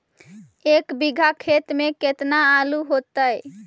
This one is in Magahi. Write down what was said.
एक बिघा खेत में केतना आलू होतई?